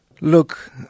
look